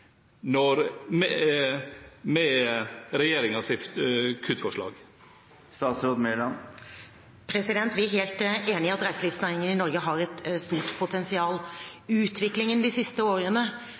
med regjeringens kuttforslag. Vi er helt enig i at reiselivsnæringen i Norge har et stort potensial.